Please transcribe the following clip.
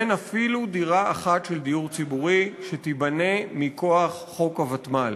אין אפילו דירה אחת של דיור ציבורי שתיבנה מכוח חוק הוותמ"ל,